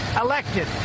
elected